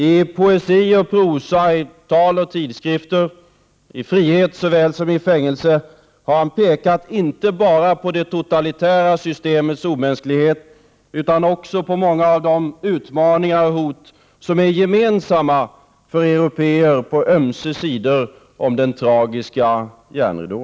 I poesi och prosa, tal och tidskrifter, i fängelse och frihet, har han pekat inte bara på de totalitära systemens omänsklighet utan också på många av de utmaningar och hot som är gemensamma för européer på ömse sidor av den tragiska järnridån.